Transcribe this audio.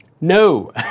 No